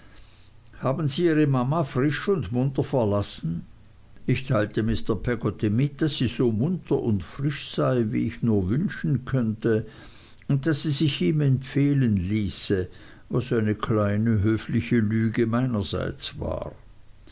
haben sie ihre mama frisch und munter verlassen ich teilte mr peggotty mit daß sie so munter und frisch sei wie ich nur wünschen könnte und daß sie sich ihm empfehlen ließe was eine kleine höfliche lüge meinerseits war